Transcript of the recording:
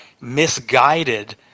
misguided